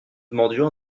demandions